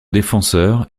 défenseurs